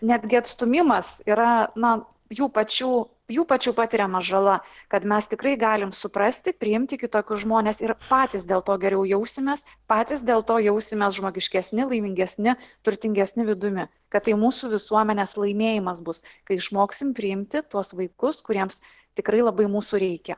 netgi atstūmimas yra na jų pačių jų pačių patiriama žala kad mes tikrai galim suprasti priimti kitokius žmones ir patys dėl to geriau jausimės patys dėl to jausimės žmogiškesni laimingesni turtingesni vidumi kad tai mūsų visuomenės laimėjimas bus kai išmoksim priimti tuos vaikus kuriems tikrai labai mūsų reikia